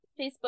Facebook